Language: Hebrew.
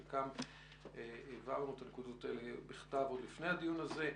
את חלקן כבר הבהרנו בכתב עוד לפני הדיון הזה.